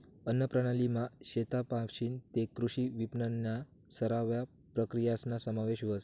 अन्नप्रणालीमा शेतपाशीन तै कृषी विपनननन्या सरव्या प्रक्रियासना समावेश व्हस